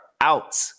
out